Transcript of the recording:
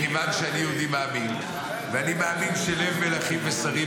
מכיוון שאני יהודי מאמין ואני מאמין שלב מלכים ושרים